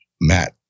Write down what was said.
Matt